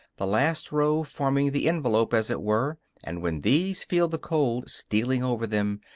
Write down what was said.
the last row forming the envelope, as it were and when these feel the cold stealing over them,